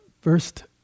first